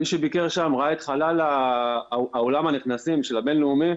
מי שביקר שם ראה את חלל אולם הנכנסים של הבין-לאומי.